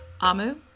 Amu